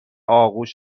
آغوش